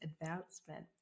advancement